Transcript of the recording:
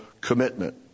commitment